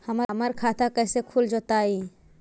हमर खाता कैसे खुल जोताई?